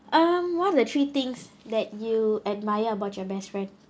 um what are the three things that you admire about your best friend